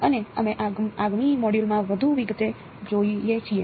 અને અમે આગામી મોડ્યુલોમાં વધુ વિગતો જોઈએ છીએ